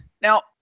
now